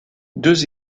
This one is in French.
deux